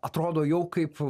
atrodo jau kaip